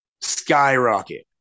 skyrocket